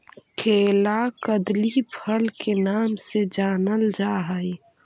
केला कदली फल के नाम से जानल जा हइ